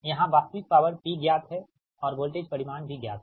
यहाँ वास्तविक power P ज्ञात है और वोल्टेज परिमाण भी ज्ञात है